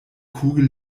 kugel